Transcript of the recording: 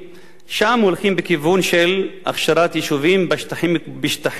שם הולכים בכיוון של הכשרת יישובים בשטחים כבושים,